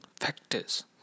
factors